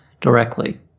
directly